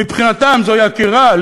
מבחינתם זוהי עקירה.